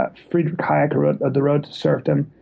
ah freidrich hayek, who wrote ah the road to serfdom,